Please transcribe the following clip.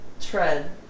tread